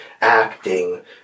acting